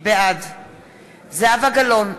בעד זהבה גלאון,